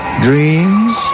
dreams